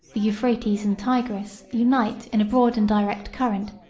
the euphrates and tigris unite in a broad and direct current,